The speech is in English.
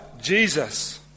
Jesus